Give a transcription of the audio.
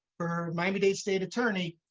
per miami-dade state attorney,